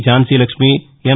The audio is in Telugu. ఝాన్సీ లక్ష్మీ ఎన్